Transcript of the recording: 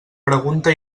pregunta